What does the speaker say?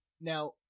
Now